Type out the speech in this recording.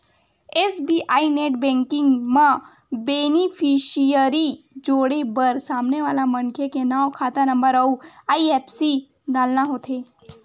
SBI net banking म beneficiary जोड़े बर सामने वाला मनखे के नांव, खाता नंबर अउ आई.एफ.एस.सी डालना होथे